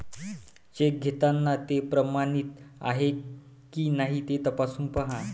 check घेताना ते प्रमाणित आहे की नाही ते तपासून पाहा